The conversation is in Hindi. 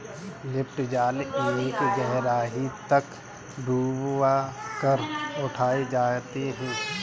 लिफ्ट जाल एक गहराई तक डूबा कर उठा दिए जाते हैं